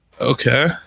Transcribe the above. okay